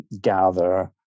gather